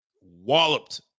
walloped